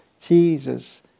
Jesus